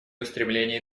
устремления